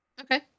Okay